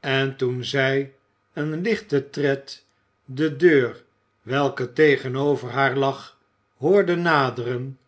en toen zij een lichten tred de deur welke tegenover haar lag hoorde naderen